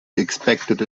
expected